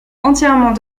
entièrement